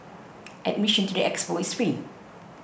admission to the expo is free